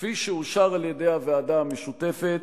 כפי שאושר על-ידי הוועדה המשותפת,